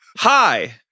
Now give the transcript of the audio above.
Hi